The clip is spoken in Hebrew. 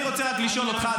אני רק רוצה לשאול אותך,